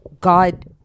God